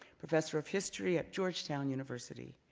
professor of history at georgetown university.